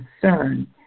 concern